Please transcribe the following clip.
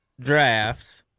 drafts